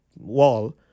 wall